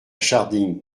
scharding